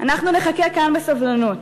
אנחנו נחכה כאן בסבלנות,